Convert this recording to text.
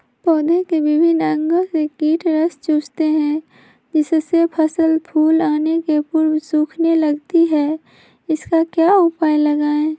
पौधे के विभिन्न अंगों से कीट रस चूसते हैं जिससे फसल फूल आने के पूर्व सूखने लगती है इसका क्या उपाय लगाएं?